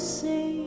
say